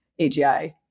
AGI